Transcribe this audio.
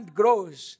grows